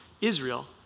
Israel